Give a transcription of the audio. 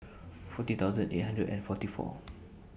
forty thousand eight hundred and forty four